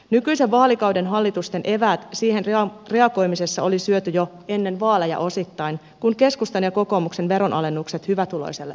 nykyisen vaalikauden hallitusten eväät siihen reagoimisessa oli syöty jo ennen vaaleja osittain kun keskustan ja kokoomuksen veronalennukset hyvätuloisille oli tehty